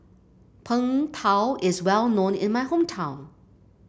Png Tao is well known in my hometown